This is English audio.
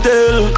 Tell